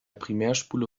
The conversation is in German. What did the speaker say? primärspule